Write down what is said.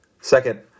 Second